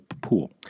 pool